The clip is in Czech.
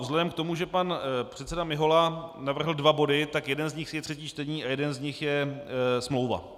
Vzhledem k tomu, že pan předseda Mihola navrhl dva body, tak jeden z nich je třetí čtení a jeden z nich je smlouva.